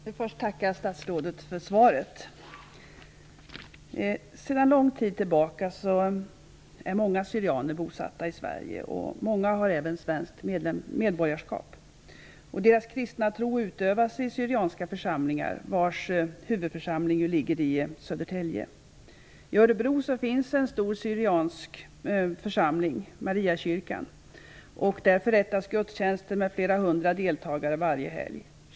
Herr talman! Först vill jag tacka statsrådet för svaret. Sedan lång tid tillbaka finns många syrianer bosatta i Sverige. Många syrianer har också svenskt medborgarskap. Deras kristna tro utövas i syrianska församlingar, och huvudförsamlingen ligger i Södertälje. I Örebro finns en stor syriansk församling, Mariakyrkan. Där förrättas gudstjänster med flera hundra deltagare varje helg.